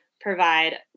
provide